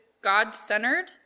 God-centered